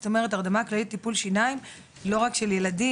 זאת אומרת הרדמה כללית בטיפול שיניים לא רק של ילדים.